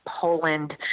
Poland